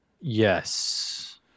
Yes